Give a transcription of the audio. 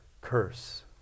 curse